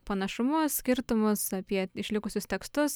panašumus skirtumas apie išlikusius tekstus